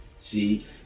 See